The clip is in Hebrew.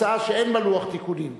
הצעה שאין בה לוח תיקונים.